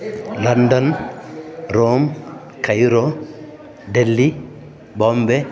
London Rome Cairo Delhi Bombay